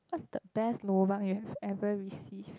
what's the best lobang you have ever received